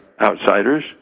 outsiders